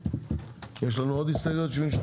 לא.